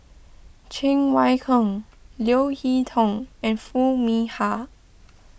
Cheng Wai Keung Leo Hee Tong and Foo Mee Har